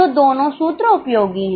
तो दोनों सूत्र उपयोगी हैं